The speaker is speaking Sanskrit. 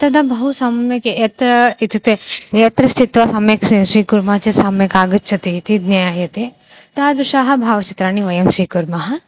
तदा बहु सम्यक् यत्र इत्युक्ते यत्र स्थित्वा सम्यक् शी स्वीकुर्मः चेत् सम्यक् आगच्छति इति ज्ञायते तादृशाणि भावचित्राणि वयं स्वीकुर्मः